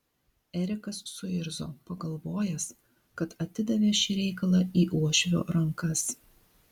erikas suirzo pagalvojęs kad atidavė šį reikalą į uošvio rankas